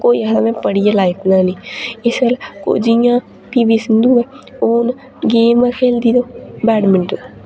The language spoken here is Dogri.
कोई आखदा में पढ़ियै लाइफ बनानी इस च जि'यां पी वी सिंधु ऐ ओह् हून गेम खेलदी बैडमिंटन